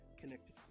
connected